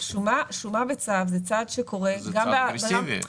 שומה בצו זה צעד שקורה --- זה צעד אגרסיבי.